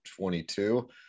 22